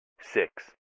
six